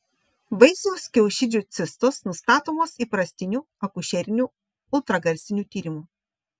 vaisiaus kiaušidžių cistos nustatomos įprastiniu akušeriniu ultragarsiniu tyrimu